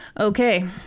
Okay